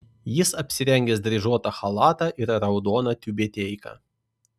jis apsirengęs dryžuotą chalatą ir raudoną tiubeteiką